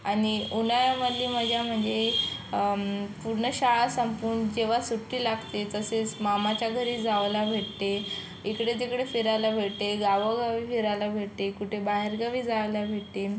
आनि उन्हाळ्यामधली मजा म्हणजे पूर्ण शाळा संपून जेव्हा सुट्टी लागते तसेच मामाच्या घरी जायला भेटते इकडे तिकडे फिरायला भेटते गावोगावी फिरायला भेटते कुठे बाहेरगावी जायला भेटते